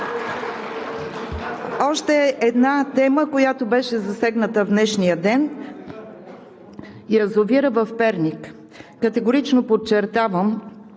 Още една тема, която беше засегната в днешния ден – язовирът в Перник. Категорично подчертавам,